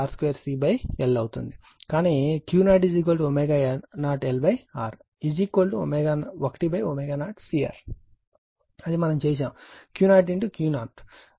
కానీ Q0 ω0LR 1ω0CR అది మనము చేశాము